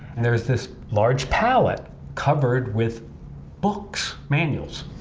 there's this large palette covered with books, manuals.